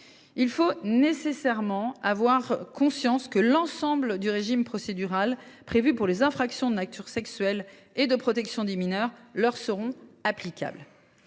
Il faut nécessairement avoir conscience que l’ensemble du régime procédural prévu pour les infractions de nature sexuelle et de protection des mineurs sera dès lors applicable